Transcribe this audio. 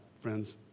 friends